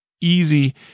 easy